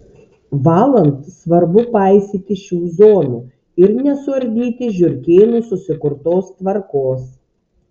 valant svarbu paisyti šių zonų ir nesuardyti žiurkėnų susikurtos tvarkos